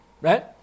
right